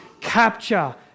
capture